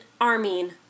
armin